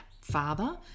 father